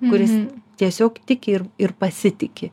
kuris tiesiog tiki ir ir pasitiki